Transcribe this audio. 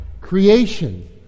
creation